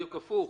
בדיוק הפוך,